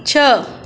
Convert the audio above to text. छह